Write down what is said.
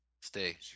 Stay